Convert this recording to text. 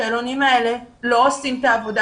השאלונים האלה לא עושים את העבודה,